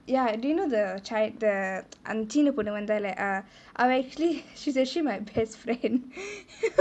ya did you know the chi~ the அந்த சீன பொன்னு வந்தாலே அவ:anthe chine ponnu vanthaalae ava actually she's actually my best friend